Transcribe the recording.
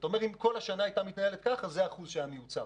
ואתה אומר שאם כל השנה הייתה מתנהלת ככה אז זה האחוז שהיה מיוצר,